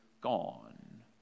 gone